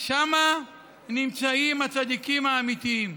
שם נמצאים הצדיקים האמיתיים.